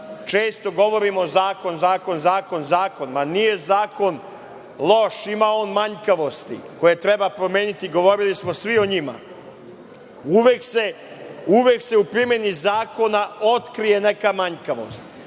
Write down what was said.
često govorimo zakon, zakon, zakon. Ma, nije zakon loš. Ima on manjkavosti koje treba promeniti, govorili smo svi o njima, uvek se u primeni zakona otkrije neka manjkavost,